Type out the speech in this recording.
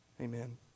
Amen